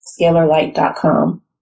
scalarlight.com